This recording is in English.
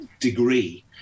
degree